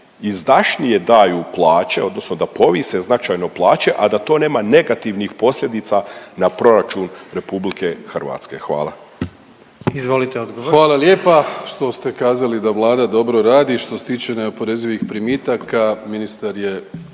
izdašnije daju plaće odnosno da povise značajno plaće, a da to nema negativnih posljedica na proračun RH. Hvala. **Jandroković, Gordan (HDZ)** Izvolite odgovor. **Plenković, Andrej (HDZ)** Hvala lijepa, što ste kazali da Vlada dobro radi i što se tiče neoporezivih primitaka